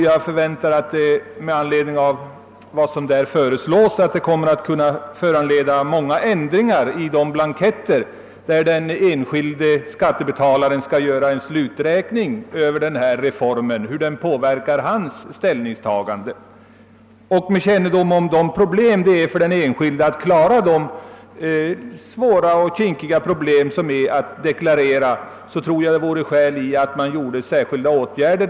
Jag förmodar att skattereformen kommer att föranleda många ändringar av de blanketter, på vilka den enskilde skattebetalaren skall göra en sluträkning över hur denna reform påverkar hans ekonomiska ställning. Med kännedom om de svårigheter som den enskilde har när det gäller att deklarera tror jag det vore skäl i att man denna gång vidtoge särskilda åtgärder.